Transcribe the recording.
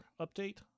update